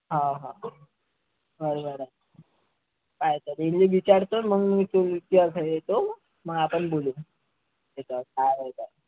हां हां बरं बरं चालतं आहे मी विचारतो आणि मग मी तुमच्या घरी येतो मग आपण बोलू त्याच्यावर काय आहे ते